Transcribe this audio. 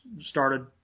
started